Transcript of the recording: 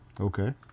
okay